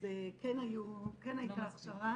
אז כן הייתה הכשרה.